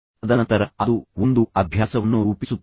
ತದನಂತರ ಅದು ಒಂದು ಅಭ್ಯಾಸವನ್ನು ರೂಪಿಸುತ್ತದೆ